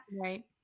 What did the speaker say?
right